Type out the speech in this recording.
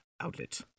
outlet